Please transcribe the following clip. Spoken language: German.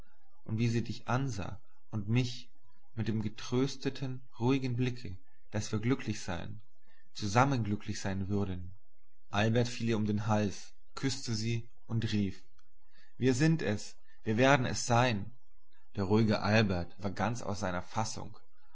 und wie sie dich ansah und mich mit dem getrösteten ruhigen blicke daß wir glücklich sein zusammen glücklich sein würden albert fiel ihr um den hals und küßte sie und rief wir sind es wir werden es sein der ruhige albert war ganz aus seiner fassung